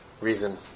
reason